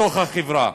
בתוך החברה.